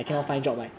ah